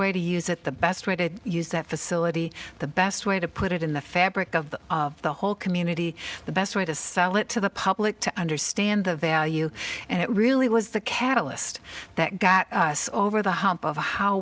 way to use it the best way to use that facility the best way to put it in the fabric of the whole community the best way to sell it to the public to understand the value and it really was the catalyst that got us over the hump of how